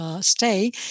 stay